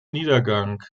niedergang